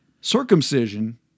circumcision